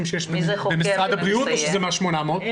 שיש במשרד הבריאות או שזה מישהו מתוך ה-800 מסייעים?